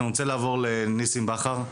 אני רוצה לעבור לניסים בכר,